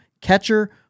Catcher